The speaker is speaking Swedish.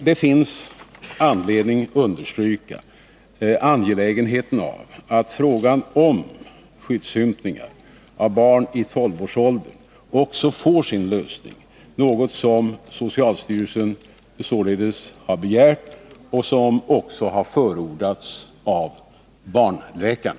Det finns anledning att understryka angelägenheten av att frågan om skyddsympningar av barn i 12-årsåldern också får sin lösning, något som socialstyrelsen således har begärt och som har förordats av barnläkarna.